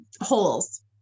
holes